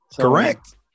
correct